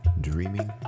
Dreaming